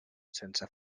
sense